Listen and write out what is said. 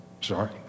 Sorry